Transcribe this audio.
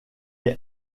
est